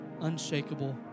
unshakable